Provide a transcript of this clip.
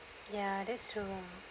ya that's true